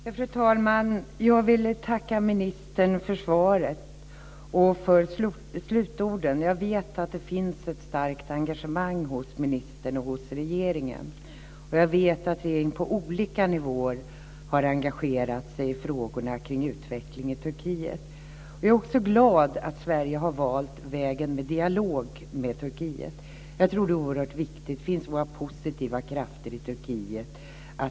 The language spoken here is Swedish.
Fru talman! Jag vill tacka ministern för svaret och för slutorden. Jag vet att det finns ett starkt engagemang hos ministern och hos regeringen. Jag vet att regeringen på olika nivåer har engagerat sig i frågorna omkring utvecklingen i Turkiet. Jag är också glad att Sverige har valt vägen med dialog med Turkiet. Jag tror att det är oerhört viktigt. Det finns så många positiva krafter i Turkiet.